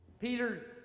Peter